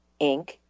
Inc